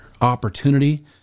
opportunity